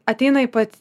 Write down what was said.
ateina į pat